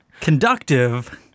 conductive